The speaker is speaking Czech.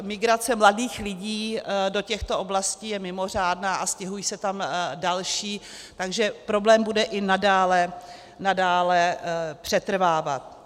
Migrace mladých lidí do těchto oblastí je mimořádná a stěhují se tam další, takže problém bude i nadále přetrvávat.